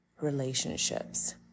relationships